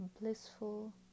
blissful